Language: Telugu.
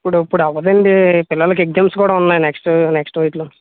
ఇప్పుడు ఇప్పుడు అవ్వదండి పిల్లలకి ఎగ్జామ్స్ కూడా ఉన్నాయి నెక్స్ట్ నెక్స్ట్ వీక్ లో